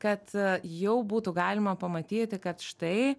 kad jau būtų galima pamatyti kad štai